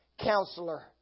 Counselor